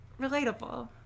relatable